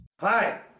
Hi